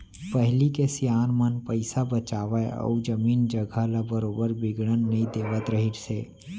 पहिली के सियान मन पइसा बचावय अउ जमीन जघा ल बरोबर बिगड़न नई देवत रहिस हे